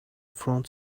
front